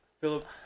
Philip